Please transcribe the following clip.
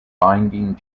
binding